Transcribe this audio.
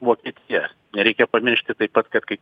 vokietija nereikia pamiršti taip pat kad kai